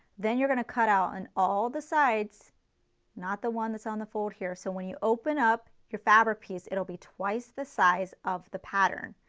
then you're going to cut out on and all the sides not the one that's on the fold here. so when you open up your fabric piece it'll be twice the size of the pattern.